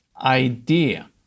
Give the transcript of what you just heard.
idea